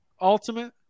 Ultimate